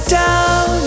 down